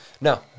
no